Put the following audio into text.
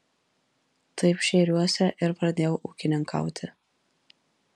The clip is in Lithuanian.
taip šėriuose ir pradėjau ūkininkauti